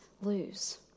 lose